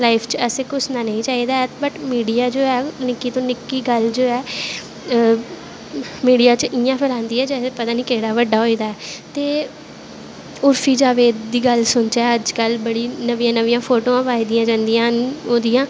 life च असैं घुसना नेंई चाही दा ऐ मीडिया जो ऐ निक्की तो निक्की गल्ल जो ऐ मीडिया बिच्च इयां फैलांदी ऐ के केह्ड्डा बड्डा होए दा ऐ उर्फी जावेद दी गल्ल सनाने अज्जकल बड़ी नमियां नमिंयां फोटोआं पाइयां जंदियां न ओह्दियां